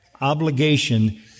obligation